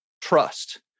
trust